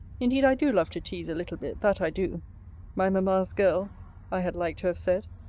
indeed i do love to tease a little bit, that i do my mamma's girl i had like to have said.